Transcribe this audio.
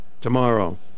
tomorrow